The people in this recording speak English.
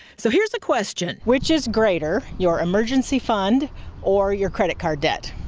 so here's the question which is greater your emergency fund or your credit card debt.